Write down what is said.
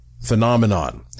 phenomenon